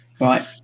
Right